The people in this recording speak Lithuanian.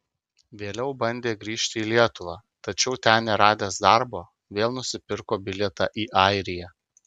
vėliau bandė grįžti į lietuvą tačiau ten neradęs darbo vėl nusipirko bilietą į airiją